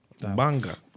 Banga